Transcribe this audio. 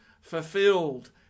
fulfilled